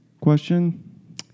Question